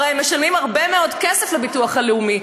הרי הם משלמים הרבה מאוד כסף לביטוח הלאומי,